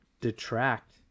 detract